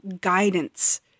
guidance